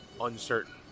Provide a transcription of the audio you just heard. uncertain